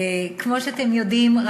כמו שאתם יודעים,